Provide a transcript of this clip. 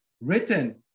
written